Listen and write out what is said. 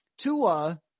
Tua